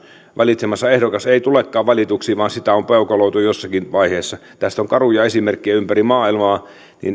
valitsemansa ehdokas ei tulekaan valituksi vaan sitä tietoa on peukaloitu jossakin vaiheessa tästä on karuja esimerkkejä ympäri maailmaa